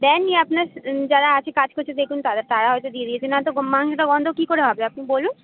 দেন নি আপনার যারা আছে কাজ করছে দেখুন তারা হয়তো দিয়ে দিয়েছে নয়তো মাংসটা গন্ধ কী করে হবে আপনি বলুন